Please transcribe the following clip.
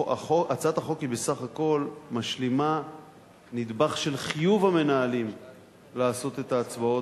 הצעת החוק בסך הכול משלימה נדבך של חיוב המנהלים לעשות את ההצבעות.